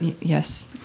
Yes